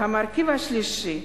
המרכיב השלישי,